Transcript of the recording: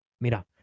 mira